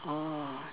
oh